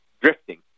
drifting